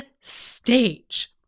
stage